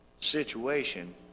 situation